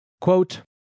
Quote